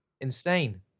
insane